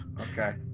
Okay